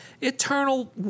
eternal